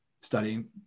studying